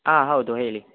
ಆ ಹೌದು ಹೇಳಿ